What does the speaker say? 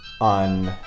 on